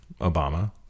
Obama